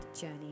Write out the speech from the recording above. journey